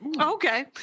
Okay